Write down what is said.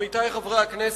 עמיתי חברי הכנסת,